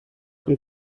und